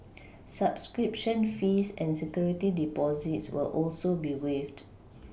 subscription fees and security Deposits will also be waived